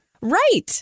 Right